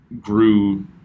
grew